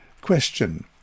Question